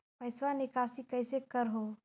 पैसवा निकासी कैसे कर हो?